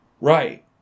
Right